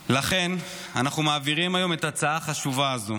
לכן, אנחנו מעבירים היום את ההצעה החשובה הזאת,